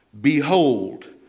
Behold